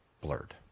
blurred